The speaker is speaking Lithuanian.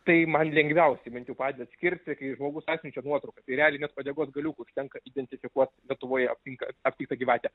tai man lengviausiai bent jau padeda atskirti kai žmogus atsiunčia nuotrauką tai realiai net uodegos galiukų užtenka identifikuot lietuvoje aptinka aptiktą gyvatę